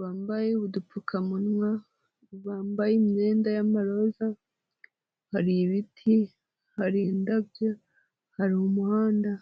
bambaye udupfukamunwa, bambaye imyenda y'amaroza, hari ibiti, hari indabyo, hari umuhanda.